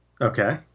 Okay